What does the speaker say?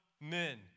men